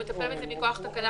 אנחנו מתלבטות אם צריך את זה,